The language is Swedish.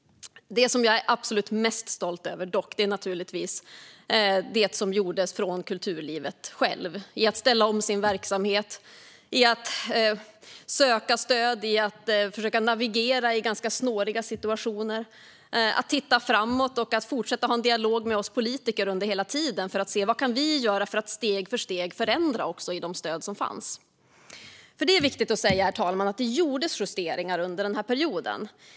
Det jag är absolut mest stolt över är dock det som gjordes från kulturlivet självt i att ställa om sin verksamhet, att söka stöd och att försöka navigera i ganska svåra situationer. De kunde också titta framåt och hela tiden fortsätta att ha en dialog med oss politiker för att se vad vi kunde göra för att steg för steg förändra i de stöd som fanns. Herr talman! Det är viktigt att säga att det gjordes justeringar under perioden.